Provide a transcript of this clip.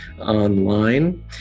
online